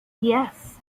yes